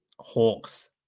Hawks